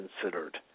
considered